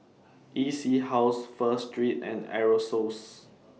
E C House Pho Street and Aerosoles